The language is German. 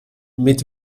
mit